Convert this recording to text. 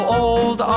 old